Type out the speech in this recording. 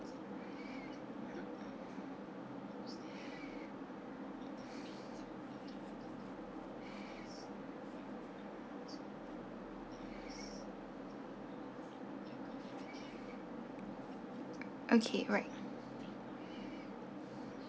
okay right